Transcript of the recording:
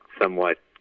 somewhat